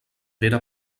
pere